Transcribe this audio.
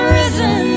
risen